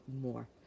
more